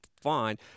fine